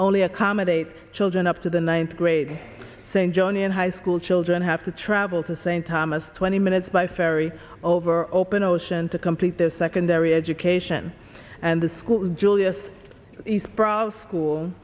only accommodate children up to the ninth grade saying johnny and high school children have to travel to st thomas twenty minutes by ferry over open ocean to complete their secondary education and the school julius